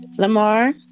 Lamar